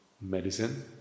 medicine